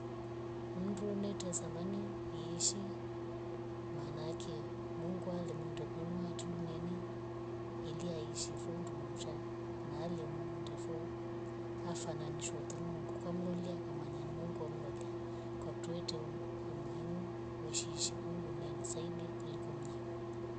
Mndu netesa mani yeishi maana ake mungu alimunde kunwat duniani ili aishi foo ndungusha na ale mundo foo hafanani nishwa too mungu kwa mlolya. kwamanya ni mungu wamlolya kwaktuete ummuhimu kwesiishi kun duniani zaidi kuliko mnyama